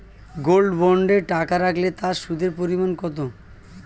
Gold বন্ডে টাকা রাখলে তা সুদের পরিমাণ কত?